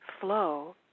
flow